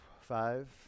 five